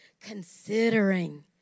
Considering